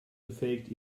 befähigt